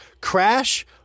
Crash